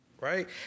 Right